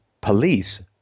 police